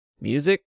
music